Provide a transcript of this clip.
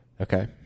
Okay